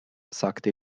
sagte